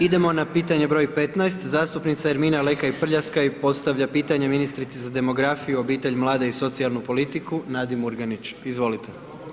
Idemo na pitanje broj 15, zastupnice Ermine Lekaj Prljaskaj postavlja pitanje ministrici za demografiju, obitelj, mlade i socijalnu politiku Nadi Murganić, izvolite.